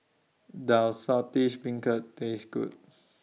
Does Saltish Beancurd Taste Good